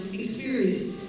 experience